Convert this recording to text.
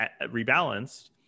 rebalanced